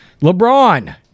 LeBron